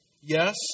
Yes